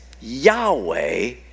Yahweh